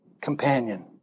companion